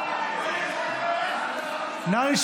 נגד צחי הנגבי,